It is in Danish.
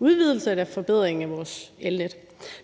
udvidelse eller forbedring af vores elnet.